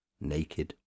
naked